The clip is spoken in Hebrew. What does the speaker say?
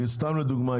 סתם לדוגמה,